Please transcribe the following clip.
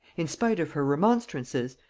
in spite of her remonstrances,